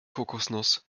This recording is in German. kokosnuss